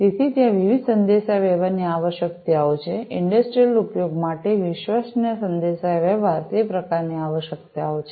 તેથી ત્યાં વિવિધ સંદેશાવ્યવહારની આવશ્યકતાઓ છે ઇંડસ્ટ્રિયલ ઉપયોગ માટે વિશ્વસનીય સંદેશાવ્યવહાર તે પ્રકારની આવશ્યકતાઓ છે